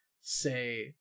say